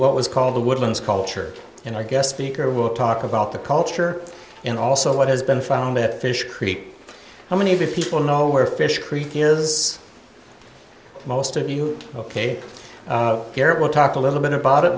what was called the woodlands culture and i guess speaker will talk about the culture and also what has been found at fish creek how many of you people know where fish creek is most of you ok garrett we'll talk a little bit about it